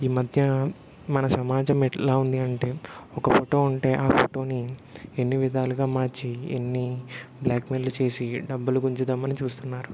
ఈ మధ్య మన సమాజం ఎట్లా ఉంది అంటే ఒక ఫోటో ఉంటే ఆ ఫోటోని ఎన్ని విధాలుగా మార్చి ఎన్ని బ్లాక్ మెయిల్లు చేసి డబ్బులు గుంజుదామని చూస్తున్నారు